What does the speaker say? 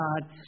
God